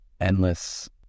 endless